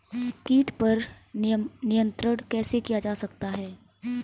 कीट पर नियंत्रण कैसे किया जा सकता है?